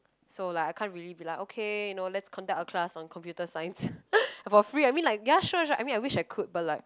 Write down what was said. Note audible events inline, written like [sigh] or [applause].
so like I can't really be like okay you know let's conduct a class on computer science [noise] for free ya I mean sure sure I wish I could but like